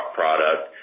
product